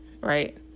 right